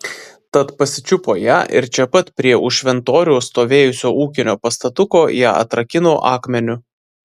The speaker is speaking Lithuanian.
tad pasičiupo ją ir čia pat prie už šventoriaus stovėjusio ūkinio pastatuko ją atrakino akmeniu